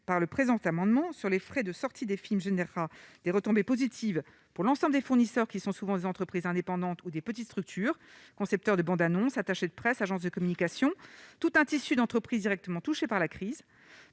par le présent amendement sur les frais de sortie des films générera des retombées positives pour l'ensemble des fournisseurs qui sont souvent des entreprises indépendantes ou des petites structures, concepteur de bandes annonce attaché de presse agence de communication tout un tissu d'entreprises directement touchées par la crise